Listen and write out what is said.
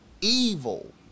evil